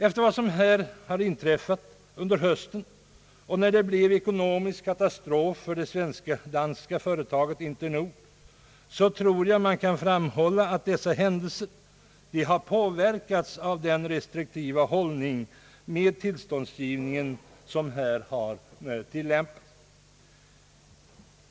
Efter vad som här har inträffat under hösten och sedan det blivit ekonomisk katastrof för det svensk-danska företaget Internord tror jag man kan framhålla att dessa händelser har påverkats av den restriktiva hållning i fråga om tillståndsgivningen som här har tillämpats.